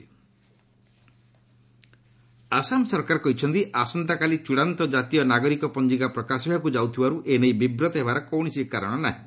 NRC final list Assam ସରକାର କହିଛନ୍ତି ଆସନ୍ତାକାଲି ଚୂଡ଼ାନ୍ତ କାତୀୟ ନାଗରିକ ପଞ୍ଜିକା ପ୍ରକାଶ ହେବାକ୍ ଯାଉଥିବାର୍ ଏନେଇ ବିବ୍ରତ ହେବାର କୌଣସି କାରଣ ନାହିଁ